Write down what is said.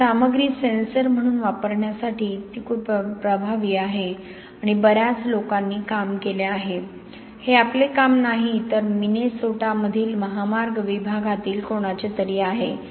तर ही सामग्री सेन्सर म्हणून वापरण्यासाठी ते खूप प्रभावी आहे आणि बर्याच लोकांनी काम केले आहे हे आमचे काम नाही तर मिनेसोटामधील महामार्ग विभागातील कोणीतरी आहे